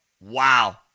wow